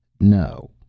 No